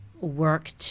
work